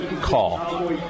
call